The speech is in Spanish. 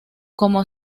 como